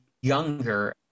younger